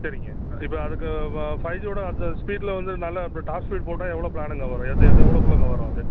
சரிங்க இப்போ அதுக்கு வ ஃபைவ்ஜீயோட அந்த ஸ்பீடில் வந்து நல்லா இப்போ டாப் ஸ்பீட் போட்டால் எவ்வளோ ப்ளானுங்க வரும் எது எது எவ்வளோக்குள்ளங்க வரும் அது